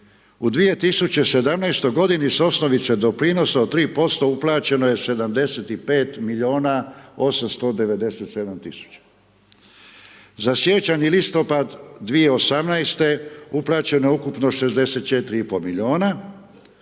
u 2017. g. s osnovice doprinosa od 3% uplaćeno je 75 milijuna 897 tisuća. Za siječanj i listopad 2018. uplaćeno je ukupno 64,5 milijuna,